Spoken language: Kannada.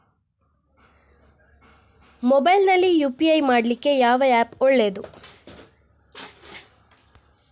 ಮೊಬೈಲ್ ನಲ್ಲಿ ಯು.ಪಿ.ಐ ಮಾಡ್ಲಿಕ್ಕೆ ಯಾವ ಆ್ಯಪ್ ಒಳ್ಳೇದು?